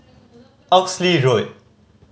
Oxley Road